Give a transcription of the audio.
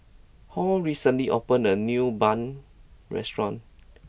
Hall recently opened a new Bun restaurant